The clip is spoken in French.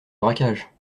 braquage